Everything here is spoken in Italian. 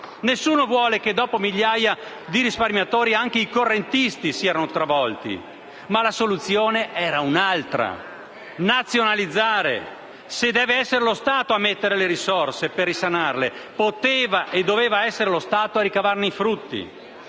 Nessuno vuole che, dopo migliaia di risparmiatori, anche i correntisti siano travolti, ma la soluzione era un'altra: nazionalizzare. Se deve essere lo Stato a mettere le risorse per risanarle, poteva e doveva essere lo Stato a ricavarne i frutti.